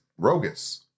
Rogus